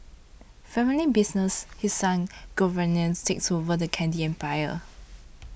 family business His Son Giovanni takes over the candy empire